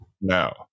no